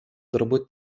darbų